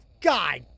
God